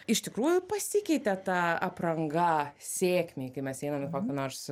iš tikrųjų pasikeitė ta apranga sėkmei kai mes einam į kokį nors